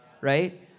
right